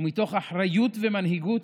ומתוך אחריות ומנהיגות